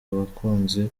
bakunzi